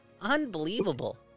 Unbelievable